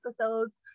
episodes